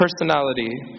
personality